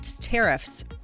tariffs